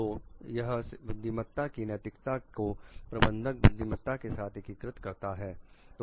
तो यह बुद्धिमत्ता की नैतिकता को प्रबंधक बुद्धिमत्ता के साथ एकीकृत करता है